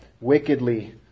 wickedly